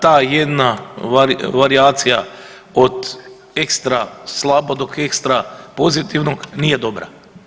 Ta jedna varijacija od ekstra slabog do ekstra pozitivnog nije dobra.